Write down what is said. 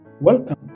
Welcome